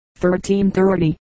1330